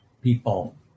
people